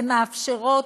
הן מאפשרות